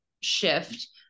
shift